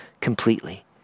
completely